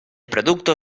producto